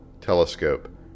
Telescope